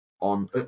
on